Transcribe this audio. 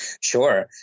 Sure